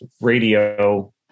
Radio